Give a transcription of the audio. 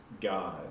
God